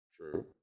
True